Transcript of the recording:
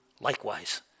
likewise